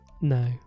no